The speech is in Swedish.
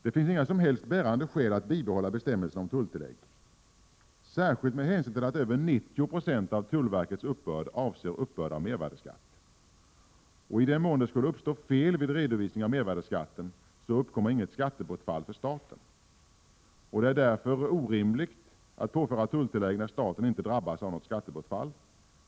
Det finns inga som helst bärande skäl för att bibehålla bestämmelserna om tulltillägg, särskilt med hänsyn till att över 90 96 av tullverkets uppbörd avser uppbörd av mervärdeskatt. I den mån det skulle uppstå fel vid redovisningen av mervärdeskatten uppkommer inget skattebortfall för staten. Det är därför orimligt att påföra tulltillägg när staten inte drabbas av något skattebortfall.